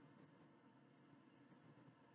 yeah